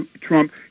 Trump